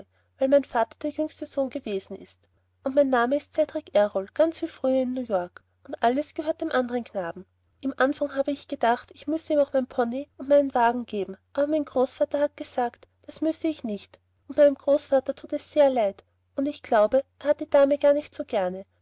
weil mein fater der jüngste son gewesen ist und meine nahme ist cedrik errol ganz wie früher in new york und alles gehört dem andern knaben im anfang habe ich gedagt ich müsse im auch meinen pony und meinen wahgen geben aber mein großvater hat gesagt das müsse ich nicht und meinem großvater tut es ser leid und ich glaube er hat die dame gar nicht ser gerne